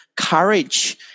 courage